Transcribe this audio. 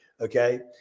Okay